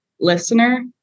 listener